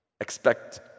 expect